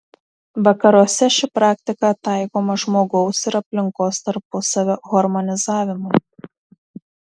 vakaruose ši praktika taikoma žmogaus ir aplinkos tarpusavio harmonizavimui